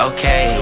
Okay